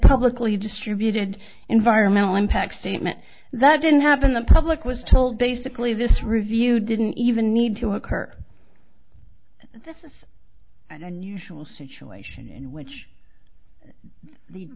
publicly distributed environmental impact statement that didn't happen the public was told basically this review didn't even need to occur this is an unusual situation in which